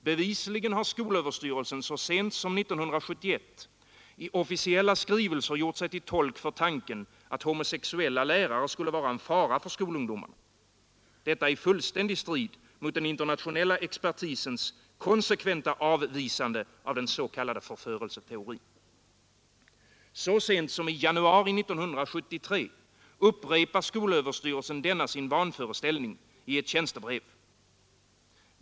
Bevisligen har skolöverstyrelsen så sent som 1971 i officiella skrivelser gjort sig till tolk för tanken att homosexuella lärare skulle vara en fara för skolungdomarna — detta i fullständig strid mot den internationella expertisens konsekventa avvisande av den s.k. förförelseteorin. Så sent som i januari 1973 upprepar skolöverstyrelsen denna sin vanföreställning i ett tjänstebrev.